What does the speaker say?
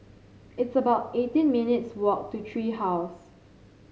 it's about eighteen minutes' walk to Tree House